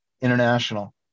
international